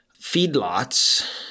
feedlots